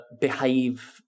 behave